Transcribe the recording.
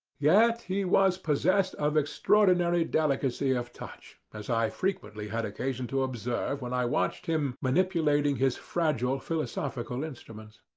yet he was possessed of extraordinary delicacy of touch, as i frequently had occasion to observe when i watched him manipulating his fragile philosophical instruments.